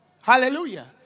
Hallelujah